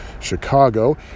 Chicago